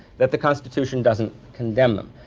that the constitution doesn't condemn them.